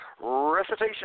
recitation